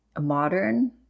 modern